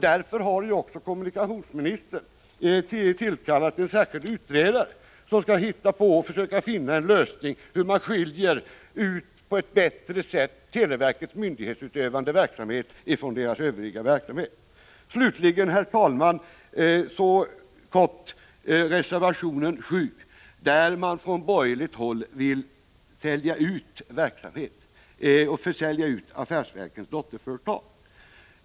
Därför har också kommunikationsministern tillkallat en särskild utredare som skall försöka finna en lösning på hur man på ett bättre sätt kan skilja ut televerkets Herr talman! Slutligen något helt kort om reservation 7. I den vill man från borgerligt håll sälja ut affärsverkens dotterföretag.